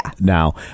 Now